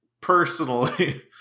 personally